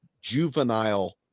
juvenile